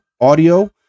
audio